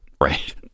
right